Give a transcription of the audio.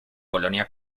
colonia